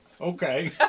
Okay